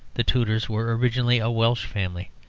the tudors were originally a welsh family.